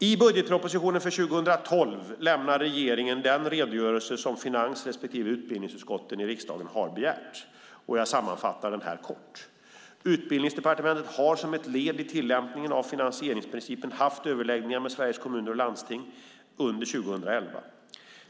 I budgetpropositionen för 2012 lämnar regeringen den redogörelse som finans respektive utbildningsutskotten i riksdagen har begärt. Jag sammanfattar den här kort: Utbildningsdepartementet har som ett led i tillämpningen av finansieringsprincipen haft överläggningar med Sveriges Kommuner och Landsting, SKL, under 2011.